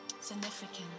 significant